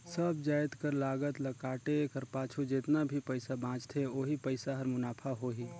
सब जाएत कर लागत ल काटे कर पाछू जेतना भी पइसा बांचथे ओही पइसा हर मुनाफा होही